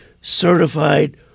certified